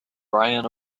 brian